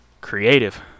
creative